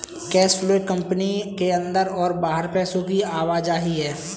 cash flow एक company के अंदर और बाहर पैसे की आवाजाही है